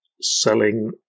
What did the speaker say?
selling